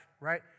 right